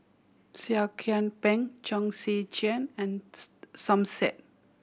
Seah Kian Peng Chong Tze Chien and Som Said